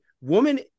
woman